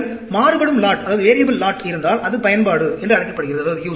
உங்களிடம் மாறுபடும் லாட் இருந்தால் அது பயன்பாடு என்று அழைக்கப்படுகிறது